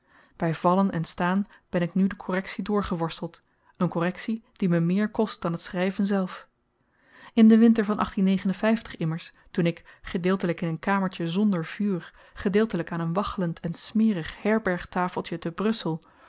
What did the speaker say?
by vallen en staan ben ik nu de korrektie doorgeworsteld een korrektie die me meer kost dan t schryven zelf in den winter van immers toen ik gedeeltelyk in een kamertje zonder vuur gedeeltelyk aan een waggelend en smerig herbergtafeltje te brussel